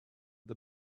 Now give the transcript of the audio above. the